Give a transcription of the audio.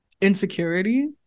insecurity